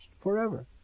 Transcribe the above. forever